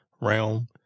realm